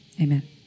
amen